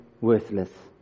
worthless